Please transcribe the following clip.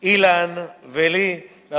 אילן מרסיאנו ולי קטקוב.